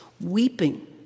weeping